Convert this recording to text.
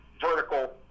vertical